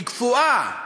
היא קפואה,